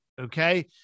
okay